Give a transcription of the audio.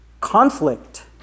conflict